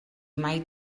mai